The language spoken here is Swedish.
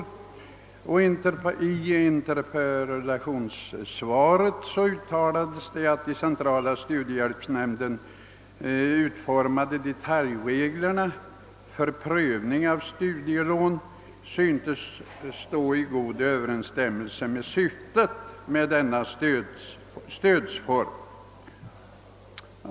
I interpellationssvaret uttalades att de av centrala studiehjälpsnämnden utformade detaljreglerna för prövning av studielån syntes stå i god överensstämmelse med syftet med denna stödform.